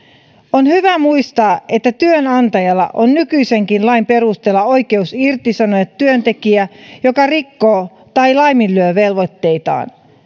on hyvä muistaa että työnantajalla on nykyisenkin lain perusteella oikeus irtisanoa työntekijä joka rikkoo tai laiminlyö velvoitteitaan